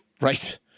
Right